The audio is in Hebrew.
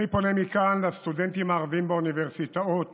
אני פונה מכאן לסטודנטים הערבים באוניברסיטאות